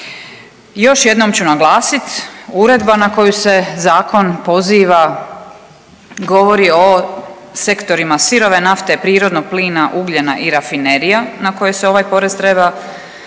još jednom ću naglasit, uredba na koju se zakon poziva govori o sektorima sirove nafte, prirodnog plina, ugljena i rafinerija na koje se ovaj porez treba